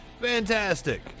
Fantastic